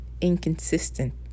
inconsistent